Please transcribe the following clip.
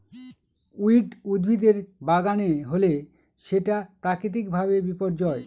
weed উদ্ভিদের বাগানে হলে সেটা প্রাকৃতিক ভাবে বিপর্যয়